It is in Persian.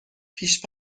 پیش